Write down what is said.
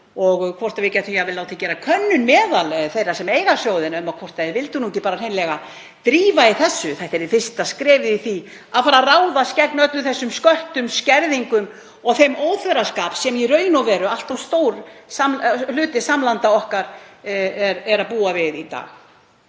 samhenginu. Við gætum jafnvel látið gera könnun meðal þeirra sem eiga sjóðina um hvort þeir vildu ekki hreinlega drífa í þessu. Þetta yrði fyrsta skrefið í því að fara að ráðast gegn öllum þessum sköttum, skerðingum og þeim óþverraskap sem í raun og veru allt of stór hluti samlanda okkar býr við í dag.